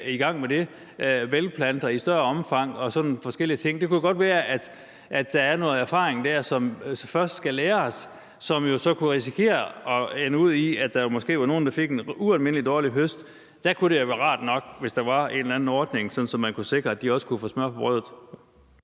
i forhold til bælgplanter i større omfang og sådan forskellige ting. Det kunne jo godt være, at der er noget erfaring der, som først skal læres, hvor det jo så kunne risikere at ende ud i, at der måske var nogle, der fik en ualmindelig dårlig høst. Der kunne det være rart nok, hvis der var en eller anden ordning, så man kunne sikre, at de også kunne få smør på bordet.